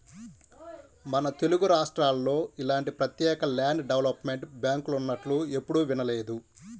మన తెలుగురాష్ట్రాల్లో ఇలాంటి ప్రత్యేక ల్యాండ్ డెవలప్మెంట్ బ్యాంకులున్నట్లు ఎప్పుడూ వినలేదు